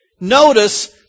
notice